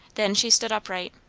then she stood upright.